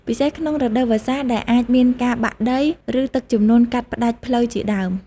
ពិសេសក្នុងរដូវវស្សាដែលអាចមានការបាក់ដី ឬទឹកជំនន់កាត់ផ្ដាច់ផ្លូវជាដើម។